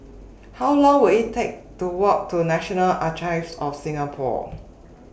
How Long Will IT Take to Walk to National Archives of Singapore